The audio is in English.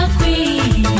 Queen